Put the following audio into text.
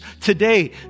today